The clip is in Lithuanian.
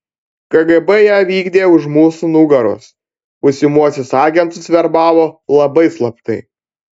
kgb ją vykdė už mūsų nugaros būsimuosius agentus verbavo labai slaptai